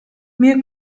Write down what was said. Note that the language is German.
mir